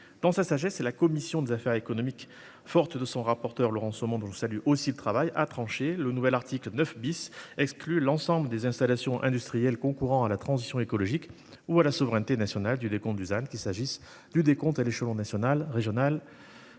Dans sa sagesse, la commission des affaires économiques et son rapporteur Laurent Somon- dont je salue le travail -ont tranché : le nouvel article 9 exclut l'ensemble des installations industrielles « concourant à la transition écologique ou à la souveraineté nationale » du décompte du ZAN- qu'il s'agisse du décompte à l'échelon local, régional